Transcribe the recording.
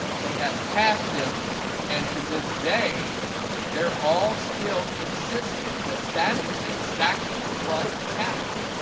they have passed them and to this day they're all still insisting that that is exactly what happened.